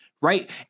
Right